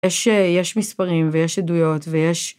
יש מספרים ויש עדויות ויש